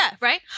right